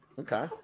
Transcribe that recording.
Okay